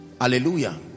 Hallelujah